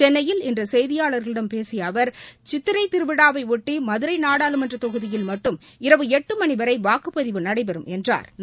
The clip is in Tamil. சென்னையில் இன்று செய்தியாளர்களிடம் பேசிய அவர் சித்திரைத திருவிழாவையொட்டி மதுரை நாடாளுமன்ற தொகுதியில் மட்டும் இரவு எட்டு மணி வரை வாக்குப்பதிவு நடைபெறும் என்றாா்